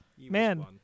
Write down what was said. Man